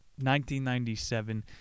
1997